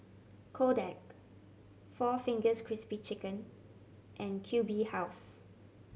Kodak four Fingers Crispy Chicken and Q B House